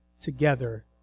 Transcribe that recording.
together